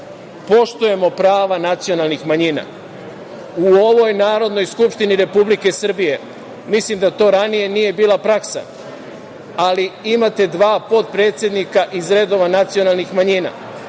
Poštujemo prava nacionalnih manjina.U ovoj Narodnoj skupštini Republike Srbije, mislim da to ranije nije bila praksa, ali imate dva potpredsednika iz redova nacionalnih manjina,